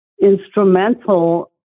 instrumental